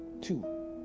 Two